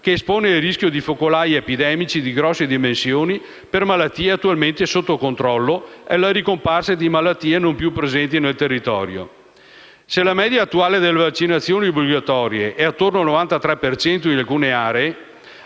che espone al rischio di focolai epidemici di notevoli dimensioni per malattie attualmente sotto controllo e la ricomparsa di malattie non più presenti nel nostro territorio. Se la media attuale delle vaccinazioni obbligatorie è attorno al 93 per cento, in alcune aree